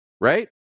right